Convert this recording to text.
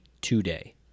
today